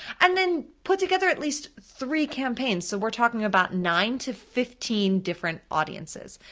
and then put together at least three campaigns. so we're talking about nine to fifteen different audiences.